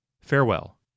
Farewell